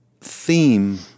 theme